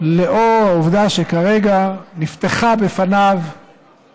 לאור העובדה שכרגע נפתחה בפניו, יש רעש.